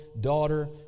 Daughter